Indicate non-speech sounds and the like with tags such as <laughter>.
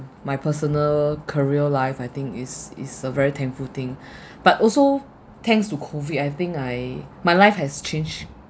my personal career life I think it's it's a very thankful thing <breath> but also thanks to COVID I think I my life has changed